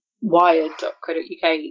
wired.co.uk